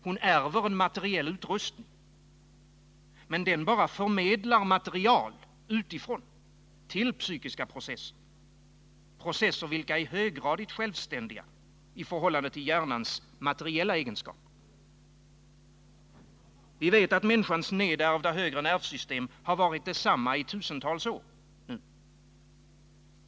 Hon ärver en materiell utrustning, men den bara förmedlar material utifrån till psykiska processer, vilka är höggradigt självständiga i förhållande till hjärnans materiella egenskaper. Vi vet att människans nedärvda högre Nr 34 nervsystem har varit detsamma i tusentals år.